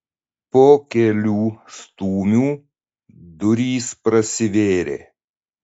po kelių stūmių durys prasivėrė